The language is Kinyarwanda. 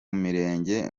mirenge